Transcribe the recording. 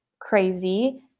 crazy